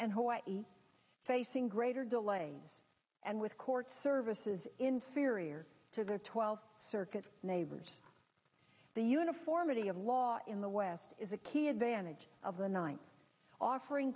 and hawaii facing greater delays and with court services inferior to their twelve circuit neighbors the uniformity of law in the west is a key advantage of the ninth offering